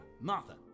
Martha